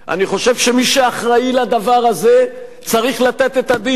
אני חושב שמי שאחראי לדבר הזה צריך לתת את הדין,